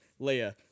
Leia